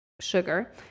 sugar